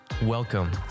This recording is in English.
Welcome